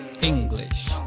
English